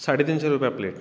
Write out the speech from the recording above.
साडे तीनशीं रुपया प्लेट